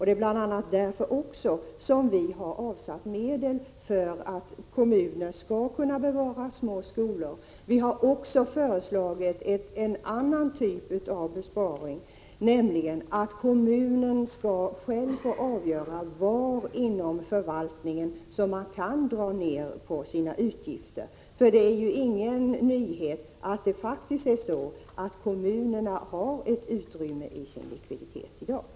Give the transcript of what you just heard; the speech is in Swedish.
Det är bl.a. därför som vi har föreslagit att medel skall avsättas för att kommuner skall kunna bevara små skolor. Vi har också föreslagit en annan typ av besparing, nämligen att kommunerna själva skall få avgöra var inom förvaltningen som de kan dra ned på sina utgifter. Det är ju ingen nyhet att kommunerna i dag har ett ökat utrymme när det gäller likviditeten.